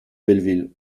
belleville